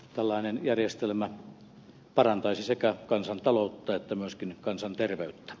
tällainen järjestelmä parantaisi sekä kansantaloutta että myöskin kansanterveyttä